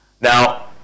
Now